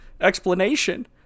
explanation